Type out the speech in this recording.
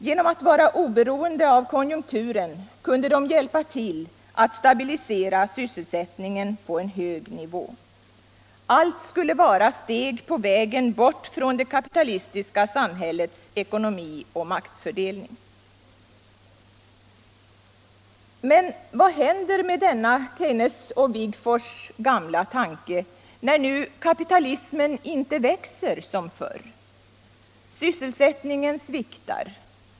Genom att vara oberoende av konjunkturen kunde de hjälpa till att stabilisera sysselsättningen på en hög nivå. Allt skulle vara steg på vägen bort från det kapitalistiska samhällets ekonomi och maktfördelning. Men vad händer med denna Keynes och Wigforss gamla tanke när nu kapitalismen inte växer som förr? Sysselsättningen sviktar.